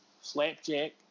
Slapjack